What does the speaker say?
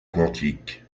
quantique